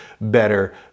better